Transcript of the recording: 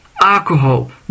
alcohol